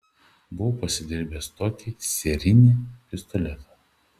buvau pasidirbęs tokį sierinį pistoletą